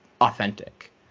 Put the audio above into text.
authentic